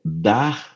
dar